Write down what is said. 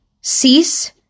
cease